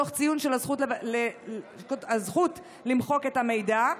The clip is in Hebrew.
תוך ציון של הזכות למחוק את המידע.